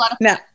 Now